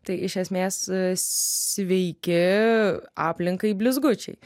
tai iš esmės sveiki aplinkai blizgučiai